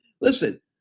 listen